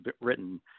written